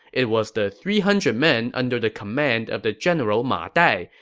it was the three hundred men under the command of the general ma dai,